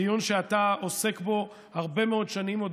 דיון שאתה עוסק בו הרבה מאוד שנים,